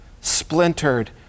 splintered